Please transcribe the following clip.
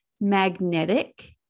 magnetic